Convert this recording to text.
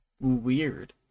weird